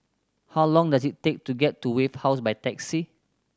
how long does it take to get to Wave House by taxi